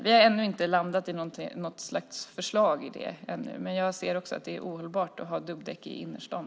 Vi har ännu inte landat i något slags förslag när det gäller det än. Men jag ser också att det är ohållbart att ha dubbdäck i innerstan.